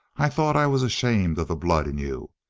i thought i was ashamed of the blood in you.